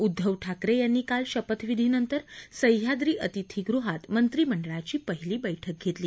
उद्दव ठाकरे यांनी काल शपथविधीनंतर सह्याद्री अतिथीगृहात मंत्रीमंडळाची पहिली बैठक घेतली